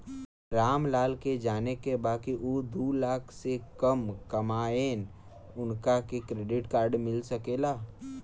राम लाल के जाने के बा की ऊ दूलाख से कम कमायेन उनका के क्रेडिट कार्ड मिल सके ला?